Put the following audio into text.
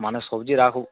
মানে সবজি রাখুক